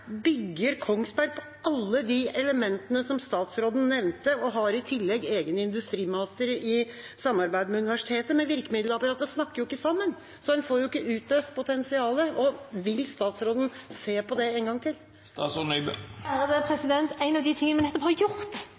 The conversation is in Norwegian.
på Kongsberg er, for der bygger de alle de elementene som statsråden nevnte, og har i tillegg egne industrimastere i samarbeid med universitetet. Men virkemiddelapparatet snakker jo ikke sammen, så en får jo ikke utøst potensialet. Vil statsråden se på det en gang til? En av de tingene vi nettopp har gjort